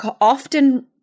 often